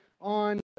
on